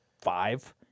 five